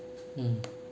mm